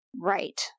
Right